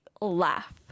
laugh